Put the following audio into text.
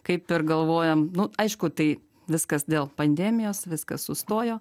kaip ir galvojom nu aišku tai viskas dėl pandemijos viskas sustojo